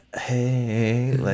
Hey